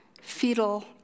fetal